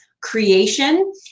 creation